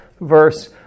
verse